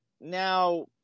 now